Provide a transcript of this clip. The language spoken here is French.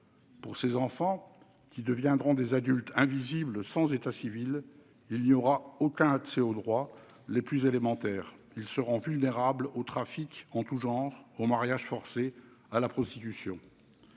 Pour ces enfants, qui deviendront des adultes invisibles, sans état civil, il n'y aura aucun accès aux droits les plus élémentaires. Ils seront à la merci de trafics en tout genre, des mariages forcés, de la prostitution.